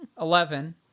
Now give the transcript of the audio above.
eleven